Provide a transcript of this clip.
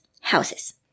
houses